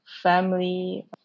family